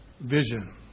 vision